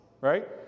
right